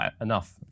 enough